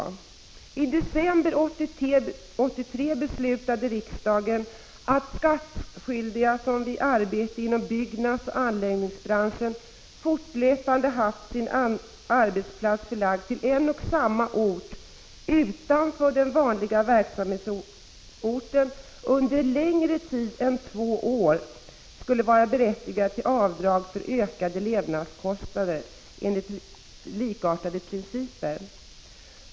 I december 1983 beslutade riksdagen att skattskyldiga som vid arbete inom byggnadsoch anläggningsbranschen fortlöpande haft sin arbetsplats förlagd till en och samma ort utanför den vanliga verksamhetsorten under längre tid än två år skulle vara berättigade till avdrag för ökade levnadsomkostnader enligt likartade principer.